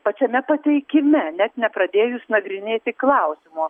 pačiame pateikime net nepradėjus nagrinėti klausimo